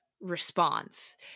response